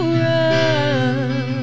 run